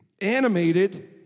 animated